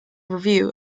review